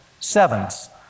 sevens